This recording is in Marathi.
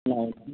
ह